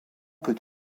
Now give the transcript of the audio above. peut